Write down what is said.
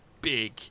big